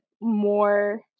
more